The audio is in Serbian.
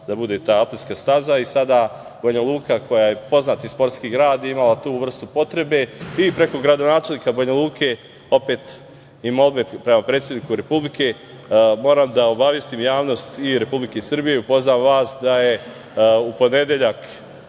skinuta ta atletska staza. Sada Banja Luka koja je poznati sportski grad ima tu vrstu potrebe i preko gradonačelnika Banja Luke i molbi prema predsedniku Republike, moram da obavestim javnost i Republike Srbije i upoznam vas da je u ponedeljak